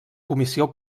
comissió